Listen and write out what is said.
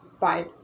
bye